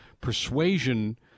persuasion